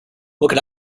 what